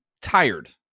tired